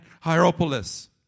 Hierapolis